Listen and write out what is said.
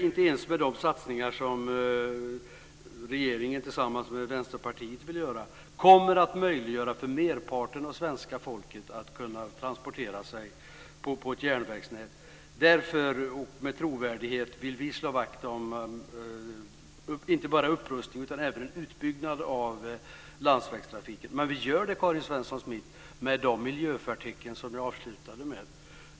Inte ens de satsningar som regeringen vill göra tillsammans med Vänsterpartiet kommer att möjliggöra för merparten av svenska folket att transportera sig på järnvägsnätet. Därför vill vi slå vakt om inte bara en upprustning utan också en utbyggnad av landsvägstrafiken. Men vi gör det, Karin Svensson Smith, med de miljöförtecken som jag avslutade med.